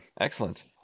Excellent